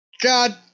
God